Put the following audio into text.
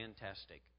fantastic